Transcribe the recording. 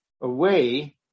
away